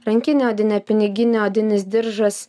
rankinė odinė piniginė odinis diržas